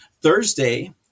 Thursday